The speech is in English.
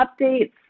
updates